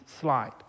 slide